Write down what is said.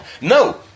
No